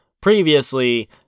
previously